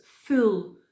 full